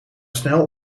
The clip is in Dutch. snel